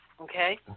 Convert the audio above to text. Okay